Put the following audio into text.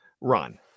run